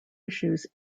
issues